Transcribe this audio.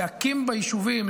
להקים בה יישובים,